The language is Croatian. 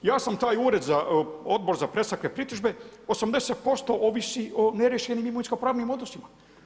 Ja sam taj Odbor za predstavke i pritužbe 80% ovisi o neriješenim imovinsko pravnim odnosima.